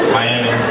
Miami